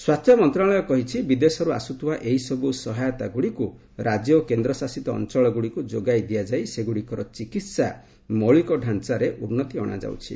ସ୍ୱାସ୍ଥ୍ୟ ମନ୍ତ୍ରଣାଳୟ କହିଛି ବିଦେଶରୁ ଆସୁଥିବା ଏହିସବୁ ସହାୟତା ଗୁଡ଼ିକୁ ରାଜ୍ୟ ଓ କେନ୍ଦ୍ରଶାସିତ ଅଞ୍ଚଳ ଗୁଡ଼ିକୁ ଯୋଗାଇ ଦିଆଯାଇ ସେଗୁଡ଼ିକର ଚିକିତ୍ସା ମୌଳିକ ଡ଼ାଞ୍ଚାରେ ଉନ୍ନତି ଅଣାଯାଉଛି